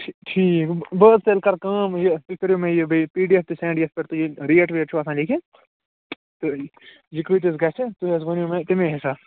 ٹھیٖک بہٕ حظ تیٚلہِ کَرٕ کٲم یہِ تُہۍ کٔرِو مےٚ یہِ بیٚیہِ پی ڈی ایٚف تہِ سیٚنٛڈ یَتھ پٮ۪ٹھ تۄہہِ یہِ ریٹ ویٹ چھَو آسان لیٚکِتھ تہٕ یہِ کۭتِس گژھِ تُہۍ حظ ؤنِو مےٚ تَمی حِساب